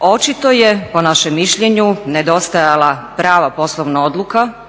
Očito je, po našem mišljenju, nedostajala prava poslovna odluka